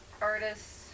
artists